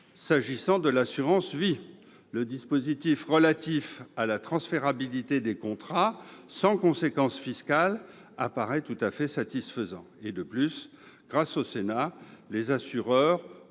s'agissant de l'assurance vie. Le dispositif relatif à la transférabilité des contrats sans conséquence fiscale apparaît tout à fait satisfaisant. De plus, grâce au Sénat, les assureurs auront